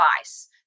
advice